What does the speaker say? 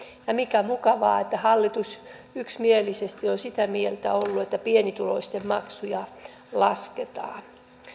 ja mikä mukavaa hallitus yksimielisesti on sitä mieltä ollut että pienituloisten maksuja lasketaan